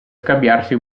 scambiarsi